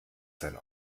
sein